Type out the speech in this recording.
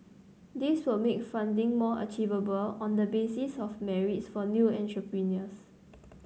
this will make funding more achievable on the basis of merit for new entrepreneurs